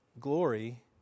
glory